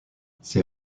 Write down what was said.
ses